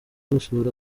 gusura